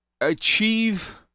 achieve